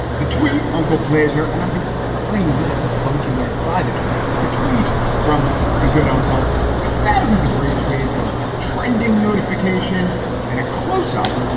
the tweet uncle blazer and unbe growing less avuncular by the tweet. but the tweet from the good uncle got thousands of re tweets, a trending notification and a close up.